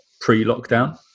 pre-lockdown